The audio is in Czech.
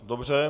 Dobře.